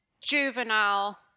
juvenile